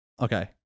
Okay